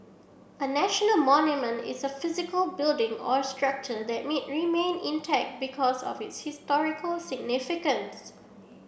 a national monument is a physical building or structure that me remain intact because of its historical significance